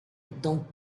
dans